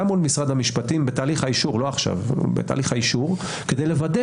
גם מול משרד המשפטים בתהליך האישור כדי לוודא